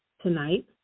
tonight